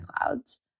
clouds